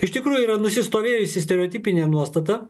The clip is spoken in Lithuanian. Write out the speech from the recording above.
iš tikrųjų yra nusistovėjusi stereotipinė nuostata